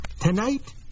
Tonight